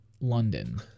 london